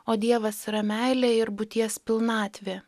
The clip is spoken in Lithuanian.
o dievas yra meilė ir būties pilnatvė